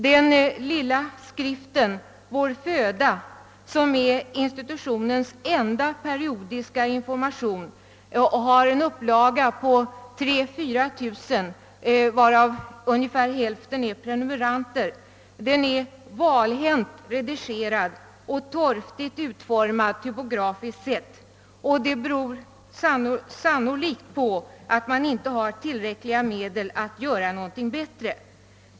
Den lilla skriften »Vår föda», som är institutionens enda periodiska publikation, har en upplaga på 3 000—-4 000, varav ungefär hälften går till prenumeranter, är valhänt redigerad och torftigt utformad typografiskt sett. Detta beror sannolikt på att man inte har tillräckliga medel för att göra någonting bättre.